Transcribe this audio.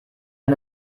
mit